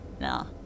No